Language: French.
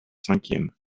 cinquième